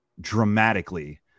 dramatically